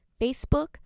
Facebook